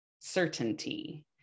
certainty